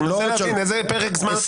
אני מנסה להבין איזה פרק זמן אתה לוקח.